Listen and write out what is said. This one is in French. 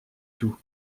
tout